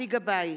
אבי גבאי,